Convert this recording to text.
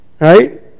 Right